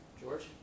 George